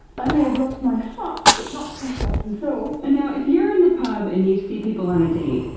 i may have lost my heart, but not my self control! and now, if you're in the pub and you see people on a date,